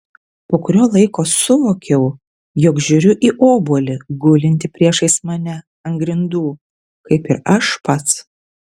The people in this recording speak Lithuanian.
po kurio laiko suvokiau jog žiūriu į obuolį gulintį priešais mane ant grindų kaip ir aš pats